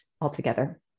altogether